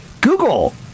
Google